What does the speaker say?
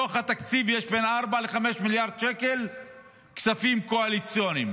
בתוך התקציב יש בין 4 ל-5 מיליארד שקל כספים קואליציוניים,